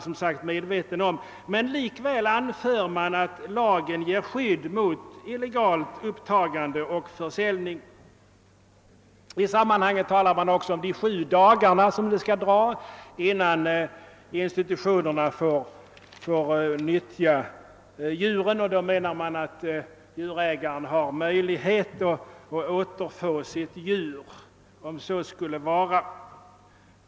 Men likväl anför man att lagen ger ett skydd mot illegalt upptagande och försäljning. Mån talar också om de sju dagarna som skall passera innan institutionerna får nyttja djuren och man menar då att djurägarna har möjlighet att återfå sina djur.